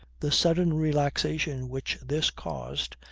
the sudden relaxation which this caused,